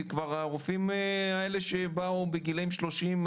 כי כבר הרופאים האלה שבאו בגילאים 30,